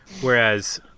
Whereas